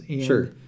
Sure